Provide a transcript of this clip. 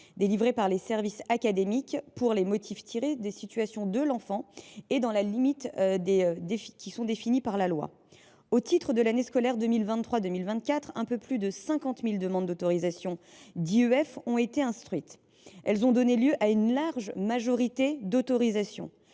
délivrée par les services académiques, pour des motifs tirés de la situation de l’enfant et limitativement définis par la loi. Au titre de l’année scolaire 2023-2024, un peu plus de 50 000 demandes d’autorisation d’IEF ont été instruites. Elles ont donné lieu à une large majorité d’autorisations